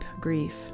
grief